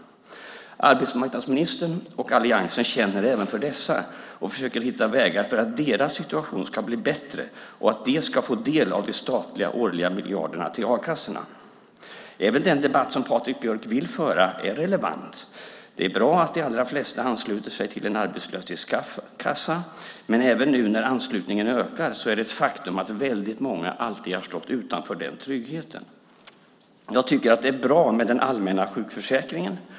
Arbetsmarknadsministern och alliansen känner även för dessa och försöker hitta vägar för att deras situation ska bli bättre och för att de ska få del av de årliga statliga miljarderna till a-kassorna. Även den debatt som Patrik Björck vill föra är relevant. Det är bra att de allra flesta ansluter sig till en arbetslöshetskassa, men även nu när anslutningen ökar är det ett faktum att väldigt många alltid har stått utanför den tryggheten. Det är bra med den allmänna sjukförsäkringen.